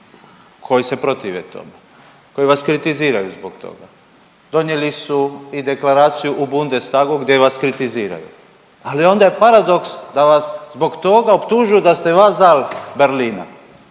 koji se protive tome, koji vas kritiziraju zbog toga. Donijeli su i deklaraciju u Bundestagu gdje vas kritiziraju, ali onda je paradoks da vas zbog toga optužuju da ste vazal Berlina.